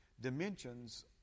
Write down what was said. dimensions